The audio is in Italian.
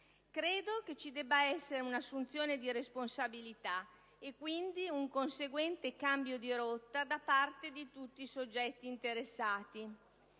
Credo che ci debba essere un'assunzione di responsabilità e quindi un conseguente cambio di rotta da parte di tutti i soggetti interessati: